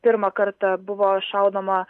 pirmą kartą buvo šaudoma